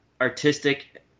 artistic